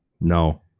No